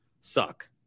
suck